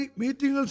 meeting